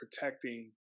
protecting